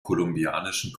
kolumbianischen